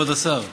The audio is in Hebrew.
כבוד השר,